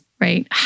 right